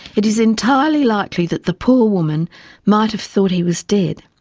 it is entirely likely that the poor woman might have thought he was dead.